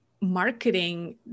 Marketing